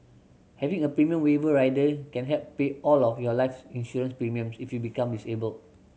having a premium waiver rider can help pay all of your life insurance premiums if you become disabled